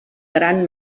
gran